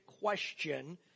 question